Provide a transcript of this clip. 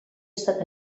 estat